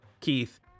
Keith